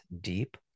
deep